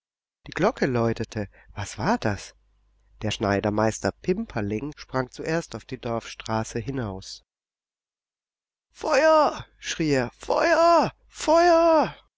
die glocke läutete was war das der schneidermeister pimperling sprang zuerst auf die dorfstraße hinaus feuer schrie er feuer feuer